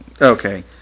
Okay